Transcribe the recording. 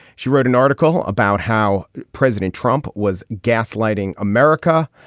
she wrote an article about how president trump was gaslighting america.